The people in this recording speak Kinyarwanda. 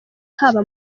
haba